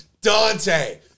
Dante